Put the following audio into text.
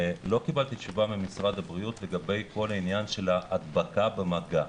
לא קיבלתי תשובה ממשרד הבריאות לגבי כל העניין של ההדבקה במגע.